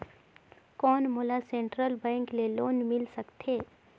कौन मोला central bank ले लोन मिल सकथे?